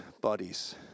bodies